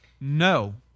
no